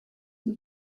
and